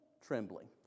trembling